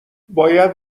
باید